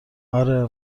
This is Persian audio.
آره